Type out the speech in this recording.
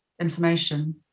information